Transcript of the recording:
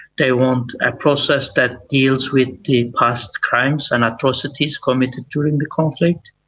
they want a process that deals with the past crimes and atrocities committed during the conflict.